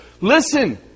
listen